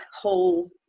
whole